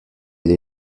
elle